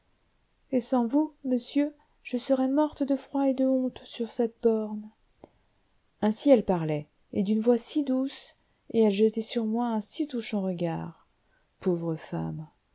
et sans vous monsieur je serais morte de froid et de honte sur cette borne ainsi elle parlait et d'une voix si douce et elle jetait sur moi un si touchant regard pauvre femme